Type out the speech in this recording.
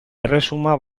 erresuma